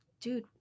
dude